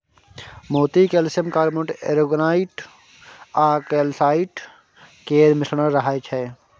मोती calcium carbonate, aragonite आ calcite केर मिश्रण रहय छै